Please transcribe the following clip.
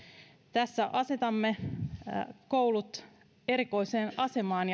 tässä asetamme koulut ja kunnat erikoiseen asemaan